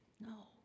no